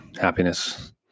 happiness